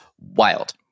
wild